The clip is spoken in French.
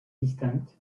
distincts